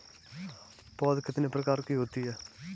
पौध कितने प्रकार की होती हैं?